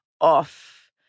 off